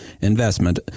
investment